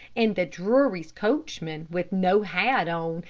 and the drurys' coachman, with no hat on,